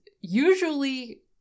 usually